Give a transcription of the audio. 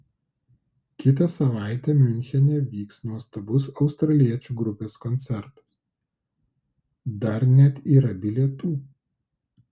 kitą savaitę miunchene vyks nuostabus australiečių grupės koncertas dar net yra bilietų